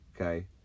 okay